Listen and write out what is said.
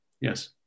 Yes